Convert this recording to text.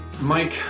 Mike